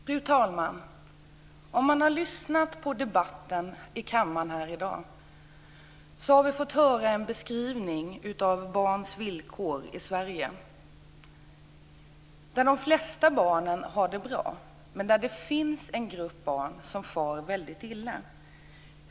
Fru talman! Om man har lyssnat på debatten i kammaren här i dag har man fått höra en beskrivning av barns villkor i Sverige. De flesta barn har det bra, men det finns en grupp barn som far väldigt illa.